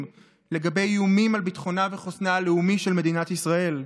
לגבי איומים על ביטחונה וחוסנה הלאומי של מדינת ישראל.